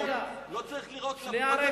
אבל לא צריך לירוק עליהם.